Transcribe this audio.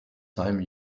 time